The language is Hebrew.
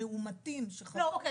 המאומתים שחזרו --- אוקיי,